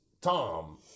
Tom